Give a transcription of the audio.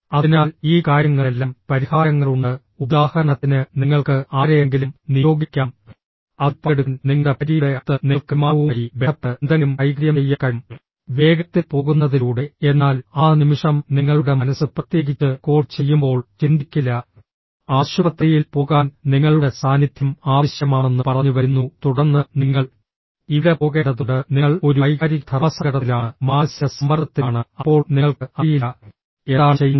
അതിനാൽ ഈ കാര്യങ്ങളെല്ലാം പരിഹാരങ്ങളുണ്ട് ഉദാഹരണത്തിന് നിങ്ങൾക്ക് ആരെയെങ്കിലും നിയോഗിക്കാം അതിൽ പങ്കെടുക്കാൻ നിങ്ങളുടെ ഭാര്യയുടെ അടുത്ത് നിങ്ങൾക്ക് വിമാനവുമായി ബന്ധപ്പെട്ട് എന്തെങ്കിലും കൈകാര്യം ചെയ്യാൻ കഴിയും വേഗത്തിൽ പോകുന്നതിലൂടെ എന്നാൽ ആ നിമിഷം നിങ്ങളുടെ മനസ്സ് പ്രത്യേകിച്ച് കോൾ ചെയ്യുമ്പോൾ ചിന്തിക്കില്ല ആശുപത്രിയിൽ പോകാൻ നിങ്ങളുടെ സാന്നിധ്യം ആവശ്യമാണെന്ന് പറഞ്ഞ് വരുന്നു തുടർന്ന് നിങ്ങൾ ഇവിടെ പോകേണ്ടതുണ്ട് നിങ്ങൾ ഒരു വൈകാരിക ധർമ്മസങ്കടത്തിലാണ് മാനസിക സമ്മർദ്ദത്തിലാണ് അപ്പോൾ നിങ്ങൾക്ക് അറിയില്ല എന്താണ് ചെയ്യേണ്ടത്